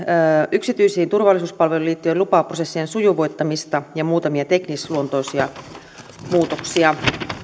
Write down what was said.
yksityisiin turvallisuuspalveluihin liittyvien lupaprosessien sujuvoittamista ja muutamia teknisluontoisia muutoksia